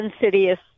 insidious